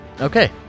Okay